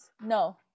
no